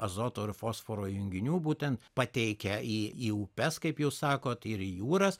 azoto ir fosforo junginių būtent pateikia į į upes kaip jūs sakot ir į jūras